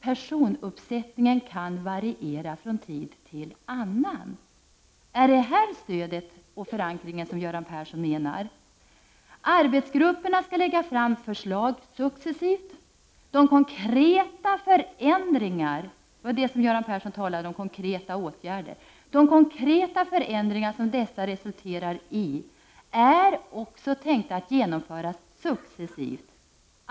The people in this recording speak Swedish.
Personuppsättningen kan variera från tid till annan.” Är detta det stöd och den förankring som Göran Persson talar om? Jag läser vidare: ”Arbetsgrupperna ska lägga fram förslag successivt. De konkreta förändringar” — Göran Persson talade själv om konkreta åtgärder — ”som dessa resulterar i, är också tänkta att genomföras successivt.